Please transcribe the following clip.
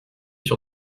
sur